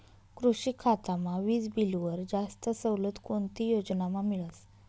कृषी खातामा वीजबीलवर जास्त सवलत कोणती योजनामा मिळस?